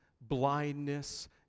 blindness